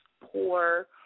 poor